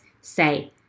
say